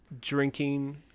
drinking